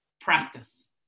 practice